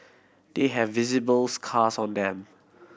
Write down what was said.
they have visible scars on them